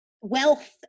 Wealth